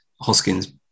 hoskins